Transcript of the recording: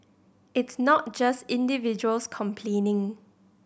it's not just individuals complaining